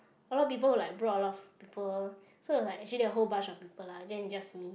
a lot of people will like brought a lot of people so is like actually there is whole bunch of people lah not in just me